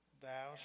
Thou